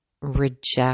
reject